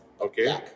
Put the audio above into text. Okay